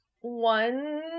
one